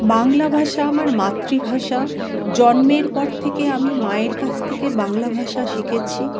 বাংলা ভাষা আমার মাতৃভাষা জন্মের পর থেকে আমি মায়ের কাছ থেকে বাংলা ভাষা শিখেছি